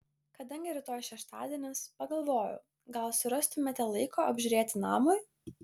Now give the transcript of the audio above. kadangi rytoj šeštadienis pagalvojau gal surastumėte laiko apžiūrėti namui